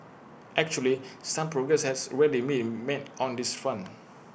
actually some progress has already been made on this front